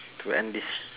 to end this